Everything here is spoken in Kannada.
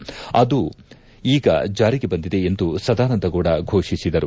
ಈಗ ಅದು ಜಾರಿಗೆ ಬಂದಿದೆ ಎಂದು ಸದಾನಂದಗೌಡ ಘೋಷಿಸಿದರು